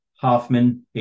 Hoffman